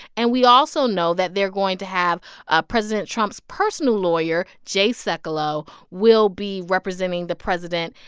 and we also know that they're going to have ah president trump's personal lawyer jay sekulow will be representing the president.